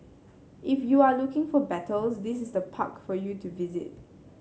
if you're looking for battles this is the park for you to visit